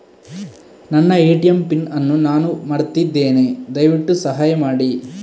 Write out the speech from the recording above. ನನ್ನ ATM pin ಅನ್ನು ನಾನು ಮರ್ತಿದ್ಧೇನೆ, ದಯವಿಟ್ಟು ಸಹಾಯ ಮಾಡಿ